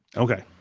okay.